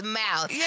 mouth